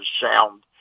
sound